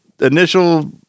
initial